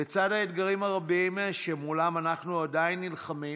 לצד האתגרים הרבים שמולם אנחנו עדיין נלחמים